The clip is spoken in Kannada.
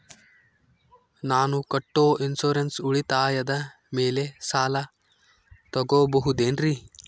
ನಾನು ಕಟ್ಟೊ ಇನ್ಸೂರೆನ್ಸ್ ಉಳಿತಾಯದ ಮೇಲೆ ಸಾಲ ತಗೋಬಹುದೇನ್ರಿ?